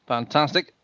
Fantastic